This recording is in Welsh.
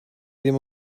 ddim